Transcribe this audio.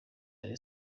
rayon